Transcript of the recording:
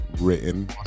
written